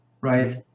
right